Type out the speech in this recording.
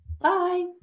Bye